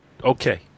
Okay